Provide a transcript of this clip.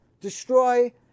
destroy